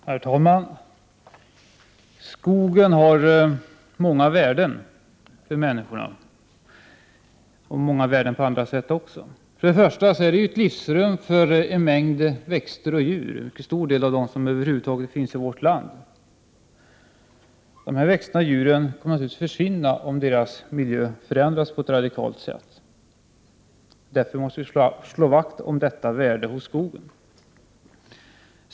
Herr talman! Skogen har många värden för människorna och många värden på annat sätt också. Skogen är ett livsrum för en mängd växter och djur, en mycket stor del av dem som över huvud taget finns i vårt land. Dessa djur och växter kommer naturligtvis att försvinna om deras miljö förändras på ett radikalt sätt. Därför måste vi slå vakt om detta värde hos skogen.